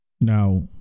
Now